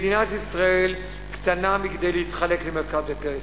מדינת ישראל קטנה מכדי להתחלק למרכז ופריפריה.